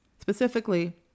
Specifically